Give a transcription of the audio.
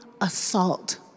assault